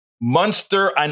monster